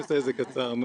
אני רוצה לומר שני דברים,